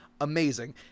amazing